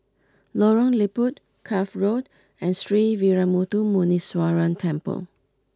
Lorong Liput Cuff Road and Sree Veeramuthu Muneeswaran Temple